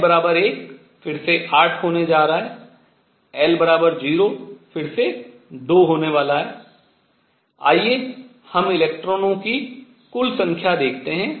l 1 फिर से 8 होने जा रहा है l0 फिर से 2 होने वाला है आइए हम इलेक्ट्रॉनों की कुल संख्या देखते हैं